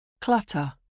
Clutter